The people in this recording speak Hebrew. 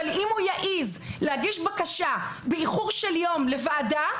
אבל אם הוא יעז להגיש בקשה באיחור של יום לוועדה,